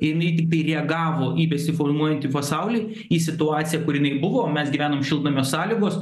ir jinai tiktai reagavo į besiformuojantį pasaulį į situaciją kur jinai buvo mes gyvenam šiltnamio sąlygos